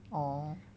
orh